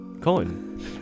Colin